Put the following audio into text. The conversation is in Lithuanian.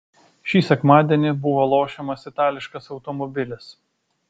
šį sekmadienį buvo lošiamas itališkas automobilis